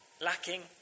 lacking